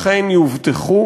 אכן יאובטחו